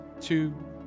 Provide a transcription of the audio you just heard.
two